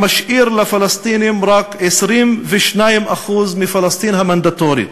שמשאיר לפלסטינים רק 22% מפלסטין המנדטורית.